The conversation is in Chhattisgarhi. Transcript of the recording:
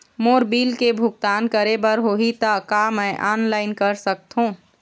मोर बिल के भुगतान करे बर होही ता का मैं ऑनलाइन कर सकथों?